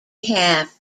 half